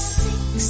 six